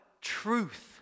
Truth